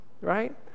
right